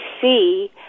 see